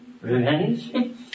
revenge